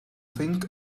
think